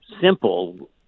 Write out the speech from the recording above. simple